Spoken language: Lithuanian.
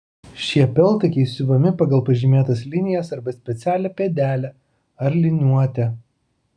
šie peltakiai siuvami pagal pažymėtas linijas arba specialią pėdelę ar liniuotę